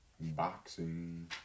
Boxing